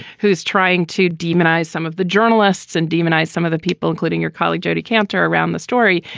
who's trying to demonize some of the journalists and demonize some of the people, including your colleague jodi kantor, around the story,